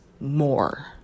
more